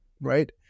right